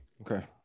Okay